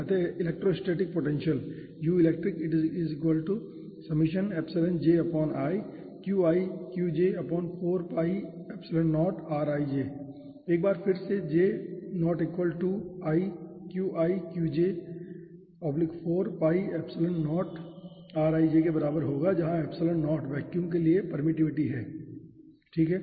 अतः electrostatic potential एक बार फिर से j not equal to i qi qj 4 pi epsilon naught rij के बराबर होगा जहां एप्सिलोन नॉट वैक्यूम के लिए परमिटीविटी है ठीक है